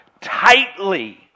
tightly